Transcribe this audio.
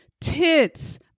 Tits